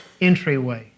entryway